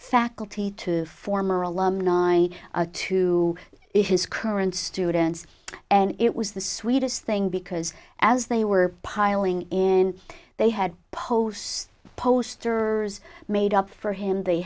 faculty to former alumni to his current students and it was the sweetest thing because as they were piling in they had post posters made up for him they